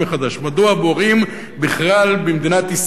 מדוע מורים בכלל במדינת ישראל,